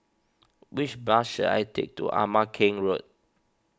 which bus should I take to Ama Keng Road